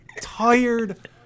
tired